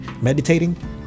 meditating